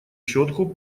щетку